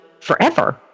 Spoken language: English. forever